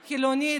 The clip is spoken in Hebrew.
חילונים,